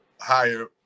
higher